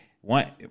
one